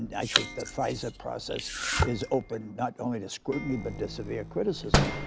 and i think that fisa process is open, not only to scrutiny, but to severe criticism.